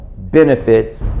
benefits